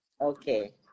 Okay